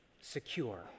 Secure